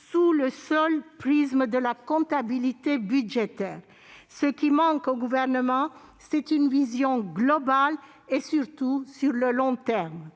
sous le seul prisme de la comptabilité budgétaire. Ce qui manque au Gouvernement, c'est une vision globale et surtout de long terme.